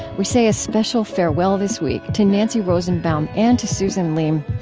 we say a special farewell this week to nancy rosenbaum and to susan leem.